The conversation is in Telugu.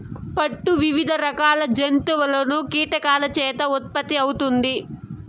పట్టు వివిధ రకాల జంతువులు, కీటకాల చేత ఉత్పత్తి అవుతుంది